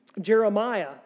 Jeremiah